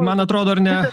man atrodo ar ne